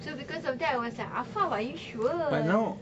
so because of that I was like affaf are you sure